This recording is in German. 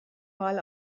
mal